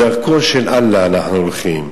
בדרכו של אללה אנחנו הולכים,